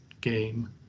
game